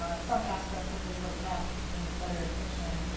ah some aspects of the grotesque in southern fiction,